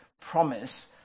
promise